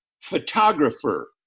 photographer